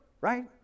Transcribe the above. right